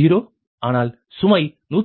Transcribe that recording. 0 ஆனால் சுமை 138